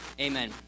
Amen